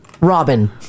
Robin